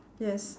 yes